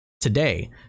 Today